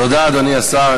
תודה, אדוני השר.